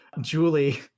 Julie